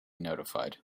notified